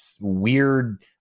weird